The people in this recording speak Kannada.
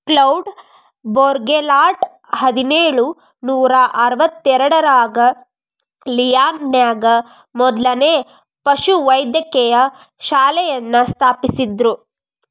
ಕ್ಲೌಡ್ ಬೌರ್ಗೆಲಾಟ್ ಹದಿನೇಳು ನೂರಾ ಅರವತ್ತೆರಡರಾಗ ಲಿಯಾನ್ ನ್ಯಾಗ ಮೊದ್ಲನೇ ಪಶುವೈದ್ಯಕೇಯ ಶಾಲೆಯನ್ನ ಸ್ಥಾಪಿಸಿದ್ರು